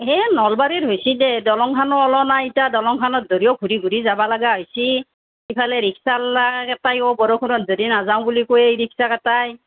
সেই নলবাৰীৰ হৈছে দে দলঙখনো ওলোৱা নাই এতিয়া দলঙখনত ধৰিও ঘূৰি ঘূৰি যাব লগা হৈছে ইফালে ৰিক্সাৱাল্লাকেইটায়ো বৰষুণত যদি নাযাওঁ বুলি কয় এই ৰিক্সা কেইটাই